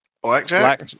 Blackjack